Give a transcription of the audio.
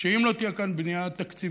שאם לא תהיה כאן בנייה תקציבית